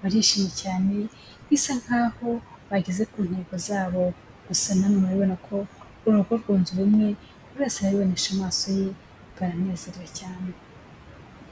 barishimye cyane bisa nk'aho bageze ku ntego zabo, gusa namwe murabibona ko uru rugo rwunze ubumwe, buri wese arabiboneshe amaso ye baranezerewe cyane.